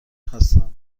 هستم